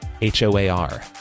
H-O-A-R